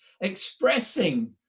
expressing